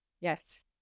Yes